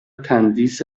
تندیس